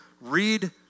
Read